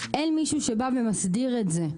אין מישהו שבא ומסדיר את זה.